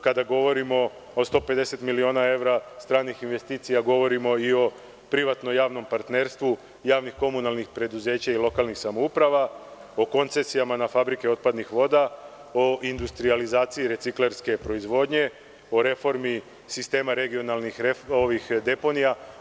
Kada govorimo o 150 miliona evra stranih investicija govorimo i o privatno-javnom partnerstvu javno-komunalnih preduzeća i lokalnih samouprava, o koncesijama na fabrike otpadnih voda, o industrijalizaciji reciklarske proizvodnje, o reformi sistema regionalnih deponija.